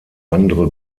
andere